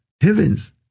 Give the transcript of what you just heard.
heavens